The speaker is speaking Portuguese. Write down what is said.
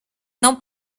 não